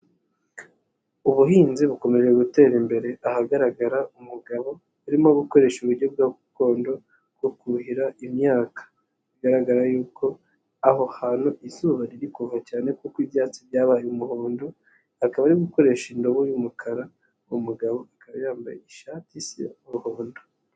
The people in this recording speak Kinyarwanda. Ubuhinzi bukomeje gutera imbere, ahagaragara umugabo arimo gukoresha uburyo bwa gakondo bwo kuhira imyaka. Bigaragara y'uko aho hantu izuba riri kuva cyane kuko ibyatsi byabaye umuhondo, akaba arimo gukoresha indobo y'umukara, umugabo akaba yambaye ishati isa umuhondo.